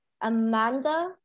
Amanda